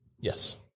Yes